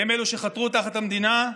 הם אלו שחתרו תחת המדינה,